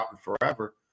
forever